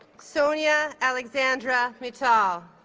sonya alexandra mital